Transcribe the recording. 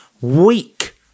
week